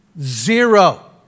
zero